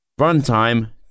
Runtime